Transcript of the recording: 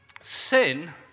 Sin